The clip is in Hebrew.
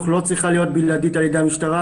לא צריכה להיות בלעדית על ידי המשטרה,